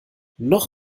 noch